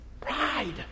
Pride